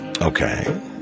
Okay